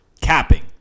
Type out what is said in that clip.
capping